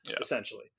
essentially